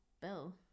Bill